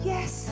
Yes